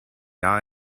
jahr